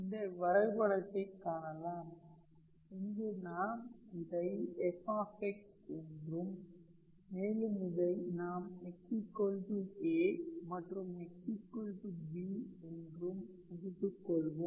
இந்த வரைபடத்தை காணலாம் இங்கு நாம் இதை fஎன்றும் மேலும் இதை நாம் xa மற்றும் xb என்று எடுத்துக்கொள்வோம்